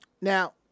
Now